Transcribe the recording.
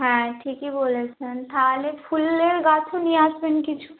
হ্যাঁ ঠিকই বলেছেন তাহলে ফুলের গাছও নিয়ে আসবেন কিছু